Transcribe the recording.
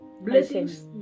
blessings